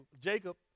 Jacob